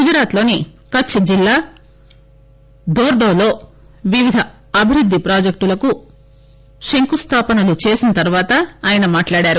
గుజరాత్ లోని కచ్ జిల్లా ధోర్డోలో వివిధ అభివృద్ది ప్రాజెక్టులకు శంఖుస్థామనలు చేసిన తరువాత ఆయన మాట్లాడారు